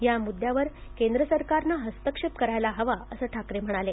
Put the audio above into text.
या मुद्द्यावर केंद्र सरकारनं हस्तक्षेप करायला हवा असं ठाकरे म्हणाले